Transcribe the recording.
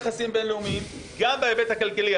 ביחסים הבין-לאומיים, גם בהיבט הכלכלי.